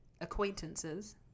acquaintances